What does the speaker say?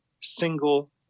single